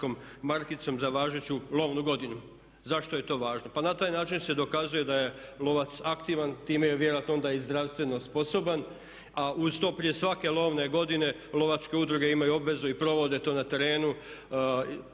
markicom za važeću lovnu godinu. Zašto je to važno? Pa na taj način se dokazuje da je lovac aktivan, time je vjerojatno onda i zdravstveno sposoban a uz to prije svake lovne godine lovačke udruge imaju obavezu i provode to na terenu